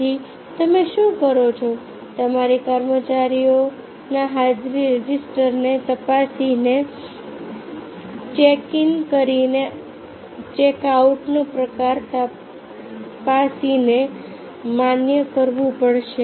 પછી તમે શું કરો છો તમારે કર્મચારીઓના હાજરી રજીસ્ટરને તપાસીને ચેક ઇન કરીને અને ચેક આઉટનો પ્રકાર તપાસીને તેને માન્ય કરવું પડશે